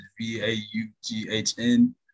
V-A-U-G-H-N